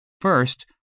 First